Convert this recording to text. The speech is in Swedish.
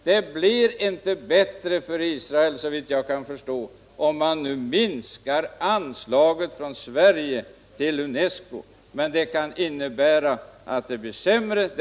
Det blir såvitt jag förstår inte bättre för Israel om man nu minskar anslaget från Sverige till UNESCO. Men det kan bli sämre.